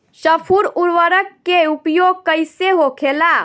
स्फुर उर्वरक के उपयोग कईसे होखेला?